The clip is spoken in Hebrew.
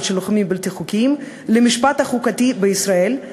של לוחמים בלתי חוקיים למשפט החוקתי בישראל,